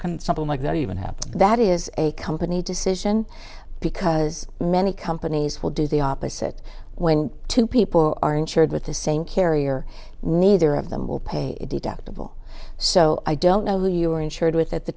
can something like that even happen that is a company decision because many companies will do the opposite when two people are insured with the same carrier neither of them will pay deductible so i don't know who you are insured with at the